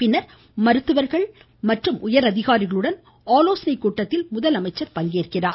பின்னர் மருத்துவர்கள் மற்றும் அதிகாரிகளுடன் ஆலோசனைக் கூட்டத்தில் முதலமைச்சர் பங்கேற்கிறார்